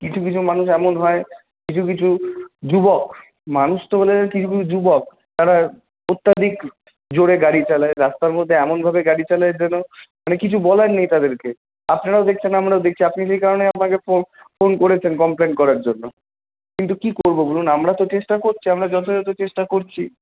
কিছু কিছু মানুষ এমন হয় কিছু কিছু যুবক মানুষ তো হলে কিছু কিছু যুবক তারা অত্যাধিক জোরে গাড়ি চালায় রাস্তার মধ্যে এমনভাবে গাড়ি চালায় যেন মানে কিছু বলার নেই তাদেরকে আপনারাও দেখছেন আমরাও দেখছি আপনি যে কারণে আমাকে ফোন করেছেন কমপ্লেন করার জন্য কিন্তু কি করবো বলুন আমরা তো চেষ্টা করছি আমরা যথাযথ চেষ্টা করছি